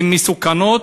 הן מסוכנות.